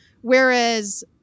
whereas